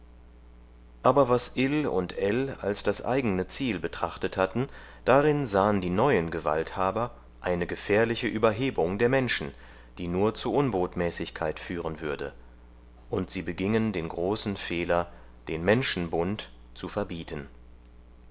aber was ill und ell als das eigene ziel betrachtet hatten darin sahen die neuen gewalthaber eine gefährliche überhebung der menschen die nur zu unbotmäßigkeit führen würde und sie begingen den großen fehler den menschenbund zu verbieten